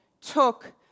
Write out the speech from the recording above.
took